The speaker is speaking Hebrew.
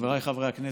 חבריי חברי הכנסת,